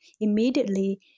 immediately